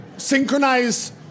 synchronize